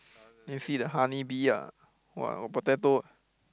then you see the honey bee !wah! got potato